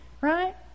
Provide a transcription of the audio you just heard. Right